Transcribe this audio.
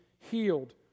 healed